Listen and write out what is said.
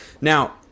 Now